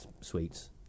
sweets